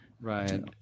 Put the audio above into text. Right